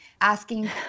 asking